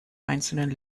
einzelnen